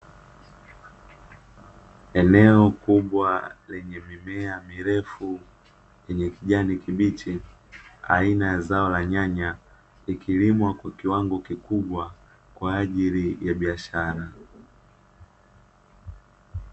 Eneo kubwa lenye mimea mirefu yenye kijani kibichi aina ya zao la nyanya likilimwa kwa kiwango kikubwa kwa ajili ya biashara.